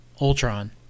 Ultron